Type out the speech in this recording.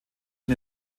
den